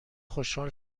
خوشحال